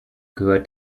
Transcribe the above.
gehört